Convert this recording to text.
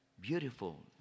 beautiful